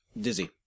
Dizzy